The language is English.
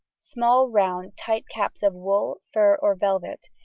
small round tight caps of wool, fur, or velvet,